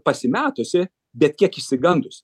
pasimetusi bet kiek išsigandusi